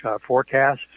forecasts